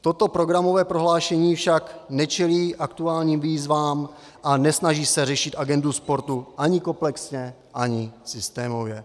Toto programové prohlášení však nečelí aktuálním výzvám a nesnaží se řešit agendu sportu ani komplexně, ani systémově.